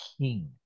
king